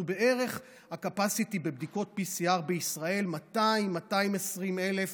ה-capacity בבדיקות PCR בישראל זה 200,000 220,000,